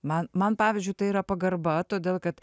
man man pavyzdžiui ta yra pagarba todėl kad